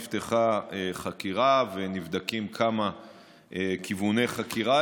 נפתחה חקירה ונבדקים כמה כיווני חקירה,